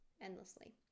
endlessly